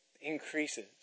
increases